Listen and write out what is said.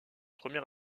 premier